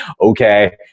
okay